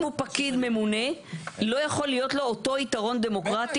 אם הוא פקיד ממונה לא יכול להיות לו אותו יתרון דמוקרטי